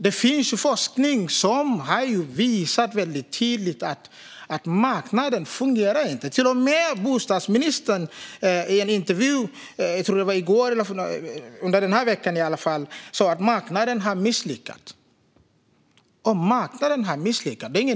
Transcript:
Det finns forskning som tydligt visar att marknaden inte fungerar. Till och med bostadsministern sa i en intervju i veckan att marknaden har misslyckats. Det är ingen nyhet för mig och för svenska folket att marknaden har misslyckats.